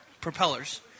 propellers